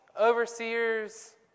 overseers